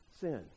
sin